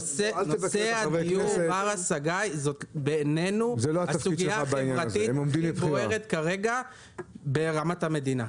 נושא דיור בר השגה בעינינו זו הסוגיה החברתית שבוערת כרגע ברמת המדינה.